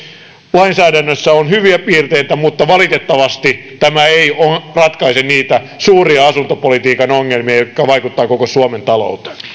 lainsäädännössä on hyviä piirteitä mutta valitettavasti tämä ei ratkaise niitä suuria asuntopolitiikan ongelmia jotka vaikuttavat koko suomen talouteen